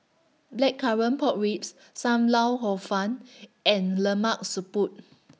Blackcurrant Pork Ribs SAM Lau Hor Fun and Lemak Siput